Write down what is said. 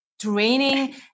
training